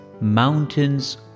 mountains